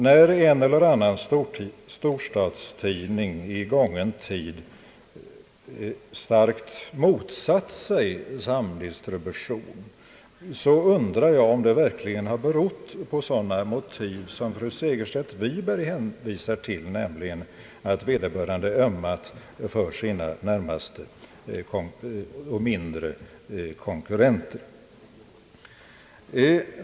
När en eller annan storstadstidning i gången tid starkt motsatt sig samdistribution så undrar jag om det verkligen har berott på sådana motiv som fru Segerstedt Wiberg hänvisat till, nämligen att vederbörande ömmat för sina mindre konkurrenter.